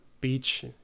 beach